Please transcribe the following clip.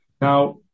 Now